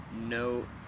no